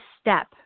step